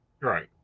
Right